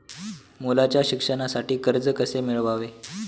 मुलाच्या शिक्षणासाठी कर्ज कसे मिळवावे?